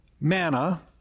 manna